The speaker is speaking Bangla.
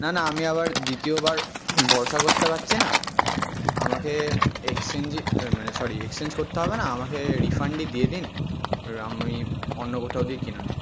না না আমি আবার দ্বিতীয়বার ভরসা করতে পারছি না আমাকে এক্সচেঞ্জই মানে সরি এক্সচেঞ্জ করতে হবে না আমাকে রিফাণ্ডই দিয়ে দিন আমি অন্য কোথাও দিয়ে কিনে নেব